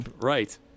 Right